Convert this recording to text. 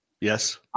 Yes